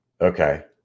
Okay